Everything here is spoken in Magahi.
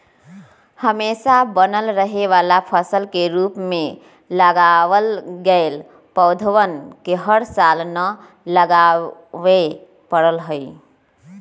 हमेशा बनल रहे वाला फसल के रूप में लगावल गैल पौधवन के हर साल न लगावे पड़ा हई